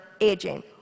aging